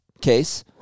case